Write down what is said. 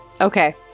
Okay